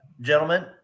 Gentlemen